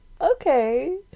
okay